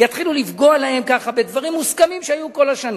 יתחילו לפגוע להם ככה בדברים מוסכמים שהיו כל השנים,